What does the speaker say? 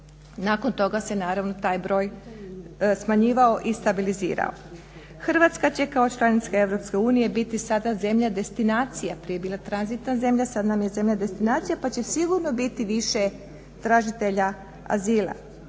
nakon toga se naravno taj broj smanjivao i stabilizirao. Hrvatska će kao članica EU biti sada zemlja destinacija, prije je bila tranzitna zemlja a sad nam je zemlja destinacija pa će sigurno biti više tražitelja azila.